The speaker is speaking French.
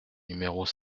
numéros